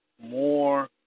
more